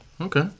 Okay